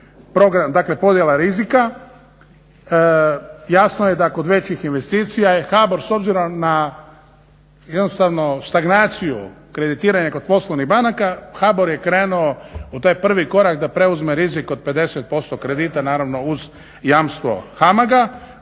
vidljivo iz podjela rizika jasno je da kod većih investicija je HBOR s obzirom na stagnaciju kreditiranja kod poslovnih banaka HBOR j krenuo u taj prvi korak da preuzme rizik od 50% kredita naravno uz jamstvo HAMAG-a,